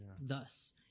Thus